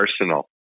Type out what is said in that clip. arsenal